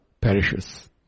perishes